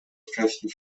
wcześnie